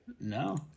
No